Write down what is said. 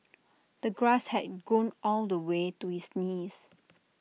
the grass had grown all the way to his knees